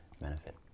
benefit